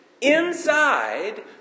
Inside